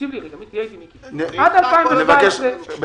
תקשיב לי רגע עד 2017 הרשות לפיתוח הנגב